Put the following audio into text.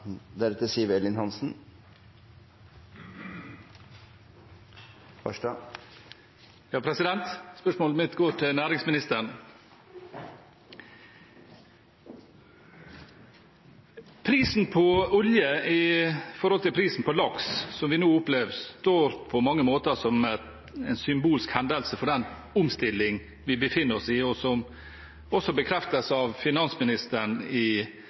Spørsmålet mitt går til næringsministeren. Prisen på olje i forhold til prisen på laks som vi nå opplever, står på mange måter som en symbolsk hendelse for den omstilling vi befinner oss i, noe som også bekreftes av finansministeren i